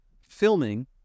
filming